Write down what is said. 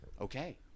Okay